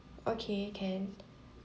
okay can